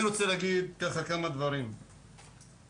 אני רוצה להגיד ככה כמה דברים, חשמל.